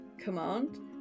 command